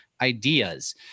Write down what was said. ideas